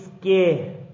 scare